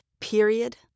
period